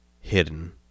hidden